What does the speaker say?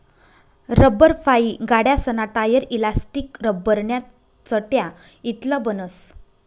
लब्बरफाइ गाड्यासना tyre, elastic, लब्बरन्या चटया इतलं बनस